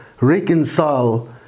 reconcile